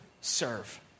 serve